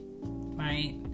right